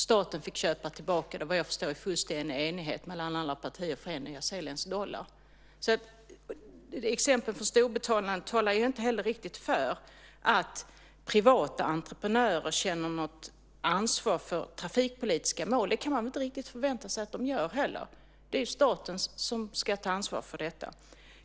Staten fick köpa tillbaka detta, vad jag förstår i fullständig enighet mellan alla partier, för en nyzeeländsk dollar. Exemplet talar ju inte heller riktigt för att privata entreprenörer känner något ansvar för trafikpolitiska mål. Det kan man inte riktigt förvänta sig att de gör heller. Det är ju staten som ska ta ansvar för detta.